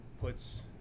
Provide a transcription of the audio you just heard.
puts